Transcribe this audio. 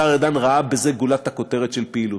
השר ארדן ראה בזה גולת הכותרת של פעילותו.